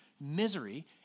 misery